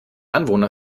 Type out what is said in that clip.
anwohner